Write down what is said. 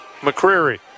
McCreary